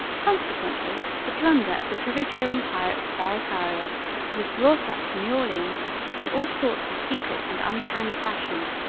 consequently the plunder of the privateering pirates of barrataria was brought up to new orleans in all sorts of secret and underhand fashions,